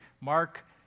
Mark